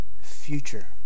future